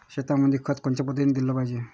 शेतीमंदी खत कोनच्या पद्धतीने देलं पाहिजे?